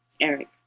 Eric